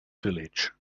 village